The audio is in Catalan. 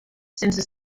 sense